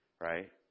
Right